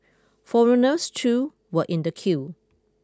foreigners too were in the queue